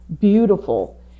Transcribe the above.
beautiful